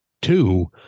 two